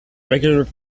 regular